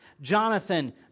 Jonathan